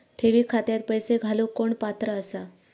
ठेवी खात्यात पैसे घालूक कोण पात्र आसा?